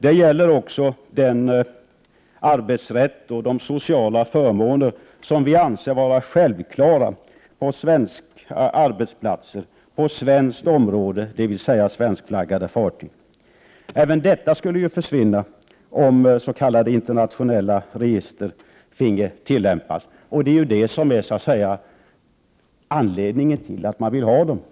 Det gäller också den arbetsrätt och de sociala förmåner som vi anser vara självklara på svenska arbetsplatser på svenskt område, dvs. svenskflaggade fartyg. Även detta skulle ju försvinna om s.k. internationella register finge tillämpas. Det är ju detta som är anledningen till att man vill ha dem.